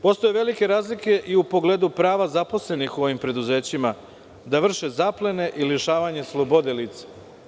Postoje velike razlike i u pogledu prava zaposlenih u ovim preduzećima da vrše zaplene i lišavanje slobode lica.